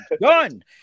Gun